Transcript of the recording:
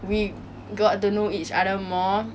we got to know each other more